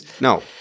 No